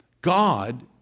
God